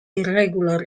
irregular